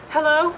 Hello